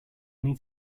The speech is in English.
need